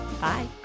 Bye